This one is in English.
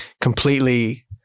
completely-